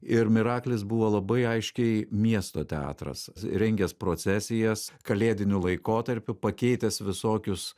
ir miraklis buvo labai aiškiai miesto teatras rengęs procesijas kalėdiniu laikotarpiu pakeitęs visokius